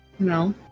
No